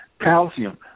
Calcium